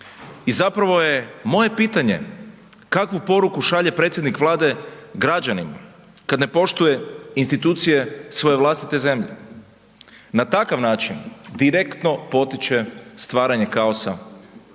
I zapravo je moje pitanje kakvu poruku šalje predsjednik Vlade građanima kada ne poštuje institucije svoje vlastite zemlje? Na takav način direktno potiče stvaranje kaosa